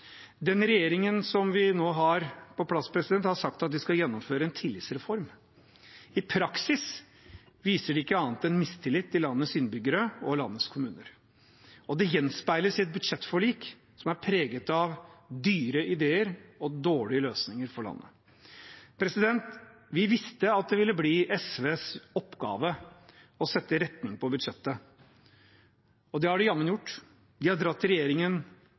Den regjeringen vi nå har på plass, har sagt at de skal gjennomføre en tillitsreform. I praksis viser de ikke annet enn mistillit til landets innbyggere og landets kommuner, og det gjenspeiles i et budsjettforlik som er preget av dyre ideer og dårlige løsninger for landet. Vi visste at det ville bli SVs oppgave å sette retning på budsjettet, og det har de jammen gjort. De har dratt regjeringen